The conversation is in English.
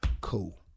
cool